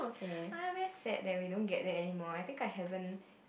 I'm very sad that we don't get that anymore I think I haven't